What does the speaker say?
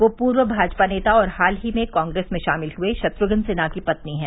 वह पूर्व भाजपा नेता और हाल ही में कांग्रेस में शामिल हुए शत्र्घन सिन्हा की पली हैं